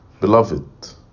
Beloved